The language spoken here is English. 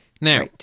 Now